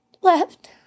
left